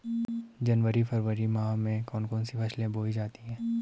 जनवरी फरवरी माह में कौन कौन सी फसलें बोई जाती हैं?